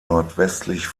nordwestlich